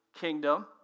kingdom